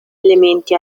elementi